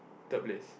third place